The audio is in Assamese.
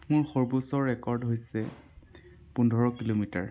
মোৰ সৰ্বোচ্চ ৰেকৰ্ড হৈছে পোন্ধৰ কিলোমিটাৰ